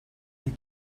you